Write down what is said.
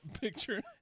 picture